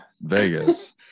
Vegas